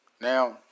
Now